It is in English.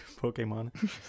Pokemon